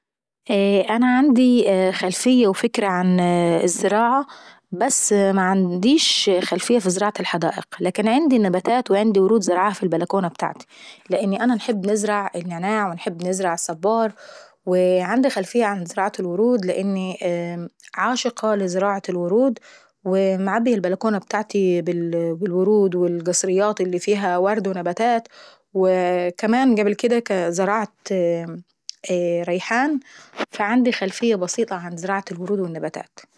انا عندي خلفية وفكرة عن الزراعة بس معنديش خلفية في زراعة الحدائق. لكن عندي نباتات وعندي ورود زارعاها في البلكونة ابتاعتاي. لان انا باحب نزرع النعناع وباحب نزرع الصبار، وعندي خلفية عن زراعة الورود لأني عاشقة لزراعة الورود، ومعبية البلكونة بتاعتي بالورود بالقصريات اللي فيها ورد ونباتات. وكمان قبل كديه زرعت ريحان فعندي خلفيات بسيطة عن زراعة الورود والنباتات.